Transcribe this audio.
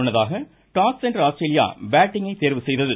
முன்னதாக டாஸ் வென்ற ஆஸ்திரேலியா பேட்டிங்கை தேர்வு செய்தது